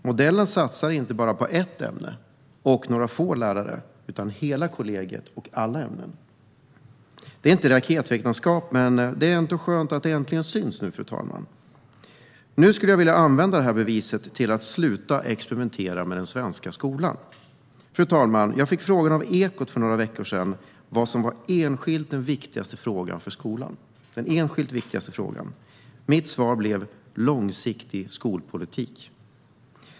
Modellen satsar inte bara på ett ämne och några få lärare utan på hela kollegiet och alla ämnen. Det är inte raketvetenskap, men det är skönt att det äntligen syns. Nu vill vi använda detta bevis för att sluta experimentera med den svenska skolan. Fru talman! För några veckor sedan frågade Ekot mig vad som är den enskilt viktigaste frågan för skolan. Mitt svar blev att det är långsiktig skolpolitik.